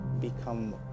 become